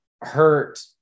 hurt